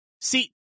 See